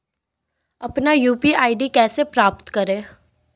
अपना UPI ID कैसे प्राप्त करें?